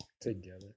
Together